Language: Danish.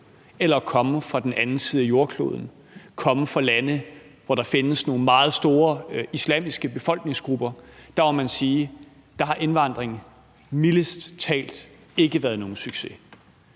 og at komme fra den anden side af jordkloden, altså at komme fra nogle lande, hvor der findes nogle meget store islamiske befolkningsgrupper. Der må man sige, at indvandringen mildest talt ikke har været nogen succes.